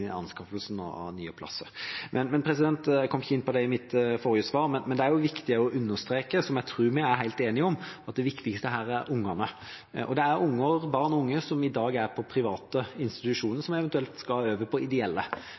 av nye plasser. Jeg kom ikke inn på det i mitt forrige svar, men det er viktig å understreke – som jeg tror vi er helt enige om – at det viktigste her er ungene. Det er barn og unge som i dag er i private institusjoner, som eventuelt skal over til ideelle.